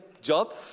job